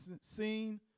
seen